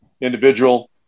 individual